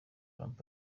trump